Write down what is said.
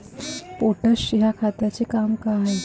Potash या खताचं काम का हाय?